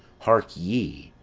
hark ye,